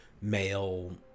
male